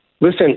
Listen